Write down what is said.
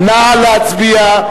נא להצביע.